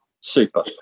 super